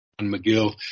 McGill